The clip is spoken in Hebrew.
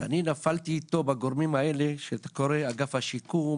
אני נפלתי אתו בגורמים האלה שאתה קורא להם אגף השיקום,